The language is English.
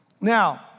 Now